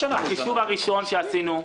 בחישוב הראשון שעשינו,